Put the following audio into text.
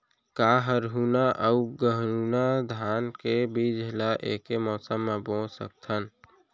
का हरहुना अऊ गरहुना धान के बीज ला ऐके मौसम मा बोए सकथन?